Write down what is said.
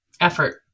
effort